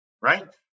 right